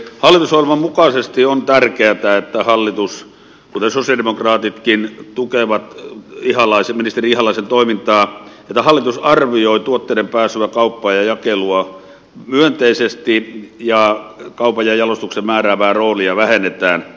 hallitusohjelman mukaisesti on tärkeätä että hallitus kuten sosialidemokraatitkin tukee ministeri ihalaisen toimintaa että hallitus arvioi tuotteiden pääsyä kauppaan ja jakelua myönteisesti ja kaupan ja jalostuksen määräävää roolia vähennetään